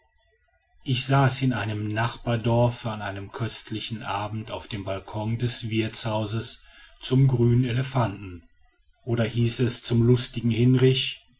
ich saß in einem nachbardorfe an einem köstlichen abend auf dem balkon des wirtshauses zum grünen elefanten oder hieß es zum lustigen hinrich